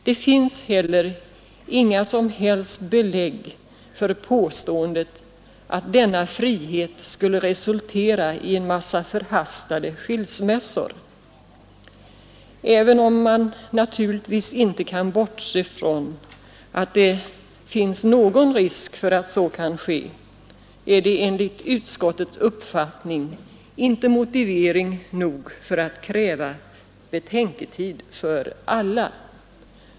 Det finns heller inga som helst belägg för påståendet att denna frihet skulle resultera i en mängd förhastade skilsmässor. Även om man naturligtvis inte kan bortse från att det finns någon risk för att så kan ske, är det enligt utskottets uppfattning inte motivering nog för att kräva betänketid för alla.